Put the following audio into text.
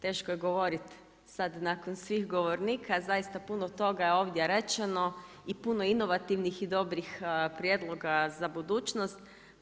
Teško je govoriti sada nakon svih govornika, zaista puno toga je ovdje rečeno i puno inovativnih i dobrih prijedloga za budućnost.